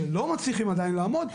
שלא מצליחים עדיין לעמוד,